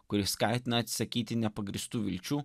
kuri skatina atsisakyti nepagrįstų vilčių